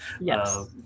Yes